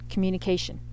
Communication